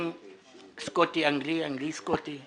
סמנכ"ל בית חולים הסקוטי-אנגלי, אנגלי-סקוטי.